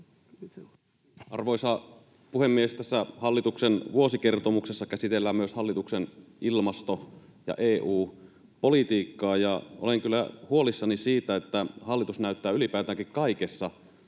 Arvoisa puhemies! Tässä hallituksen vuosikertomuksessa käsitellään myös hallituksen ilmasto- ja EU-politiikkaa. Olen kyllä huolissani siitä, että hallitus näyttää ylipäätäänkin kaikessa